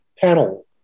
panel